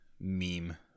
meme